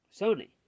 Sony